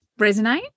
resonate